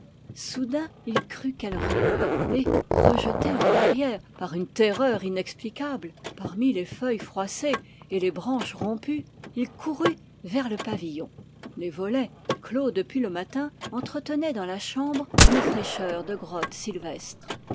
soudain il crut qu'elle remuait et rejeté en arrière par une terreur inexplicable parmi les feuilles froissées et les branches rompues il courut vers le pavillon les volets clos depuis le matin entretenaient dans la chambre une fraîcheur de grotte sylvestre